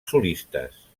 solistes